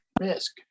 risk